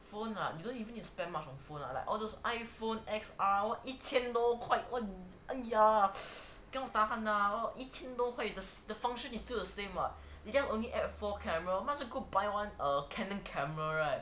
phone lah you don't even you spend much on phone lah like all those iphone X_R 一千多块 [one] and ya cannot tahan lah 一千多块 the function is still the same [what] you just only add four camera might as well go buy one uh canon camera right